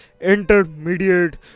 intermediate